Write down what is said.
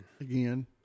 Again